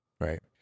Right